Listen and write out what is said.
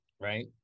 right